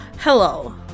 Hello